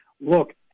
look